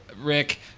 Rick